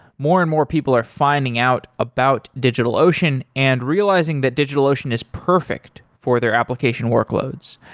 more and more people are finding out about digitalocean and realizing that digitalocean is perfect for their application workloads.